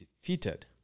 defeated